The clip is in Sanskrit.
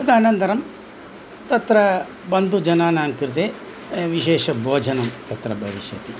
तद् अनन्तरं तत्र बन्धुजनानां कृते विशेषभोजनं तत्र भविष्यति